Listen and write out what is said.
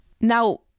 Now